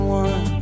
one